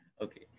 Okay